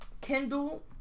Kindle